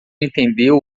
entendeu